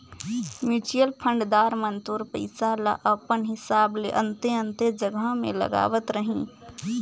mutual fund दार मन तोर पइसा ल अपन हिसाब ले अन्ते अन्ते जगहा में लगावत रहीं